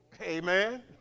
Amen